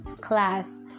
class